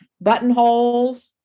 buttonholes